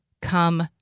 come